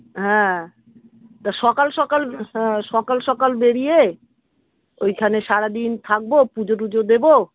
হ্যাঁ তা সকাল সকাল হ্যাঁ সকাল সকাল বেরিয়ে ওইখানে সারা দিন থাকব পুজো টুজো দেব